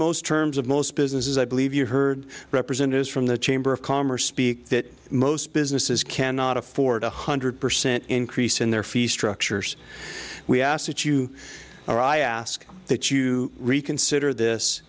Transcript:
most terms of most business is i believe you heard representatives from the chamber of commerce speak that most businesses cannot afford one hundred percent increase in their fee structures we ask that you or i ask that you reconsider this